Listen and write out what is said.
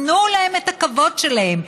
תנו להם את הכבוד שלהם,